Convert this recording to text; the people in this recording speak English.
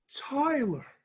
Tyler